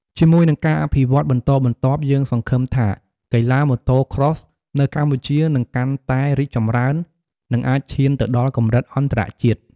ជាមួយនឹងការអភិវឌ្ឍន៍បន្តបន្ទាប់ យើងសង្ឃឹមថាកីឡា Motocross នៅកម្ពុជានឹងកាន់តែរីកចម្រើន និងអាចឈានទៅដល់កម្រិតអន្តរជាតិ។